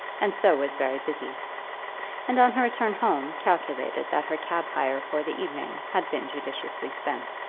and so was very busy and on her return home calculated that her cab-hire for the evening had been judiciously spent.